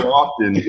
often